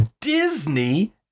disney